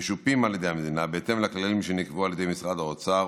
משופים על ידי המדינה בהתאם לכללים שנקבעו על ידי משרד האוצר,